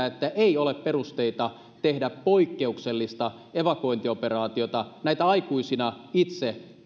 että ei ole perusteita tehdä poikkeuksellista evakuointioperaatiota näitä aikuisina itse